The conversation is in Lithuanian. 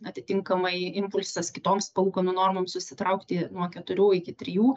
atitinkamai impulsas kitoms palūkanų normoms susitraukti nuo keturių iki trijų